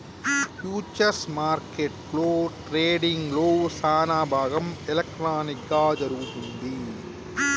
futures మార్కెట్లో ట్రేడింగ్లో సానాభాగం ఎలక్ట్రానిక్ గా జరుగుతుంది